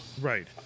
right